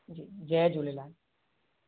जी जय झूलेलाल